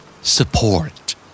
Support